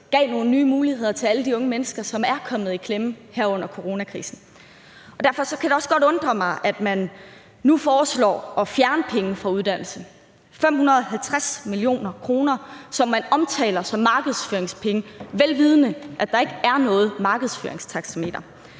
gav nogle nye muligheder til alle de unge mennesker, som er kommet i klemme her under coronakrisen. Derfor kan det også godt undre mig, at man nu foreslår at fjerne penge fra uddannelse – 550 mio. kr., som man omtaler som markedsføringspenge, vel vidende at der ikke er noget markedsføringstaxameter.